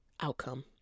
outcome